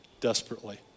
desperately